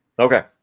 Okay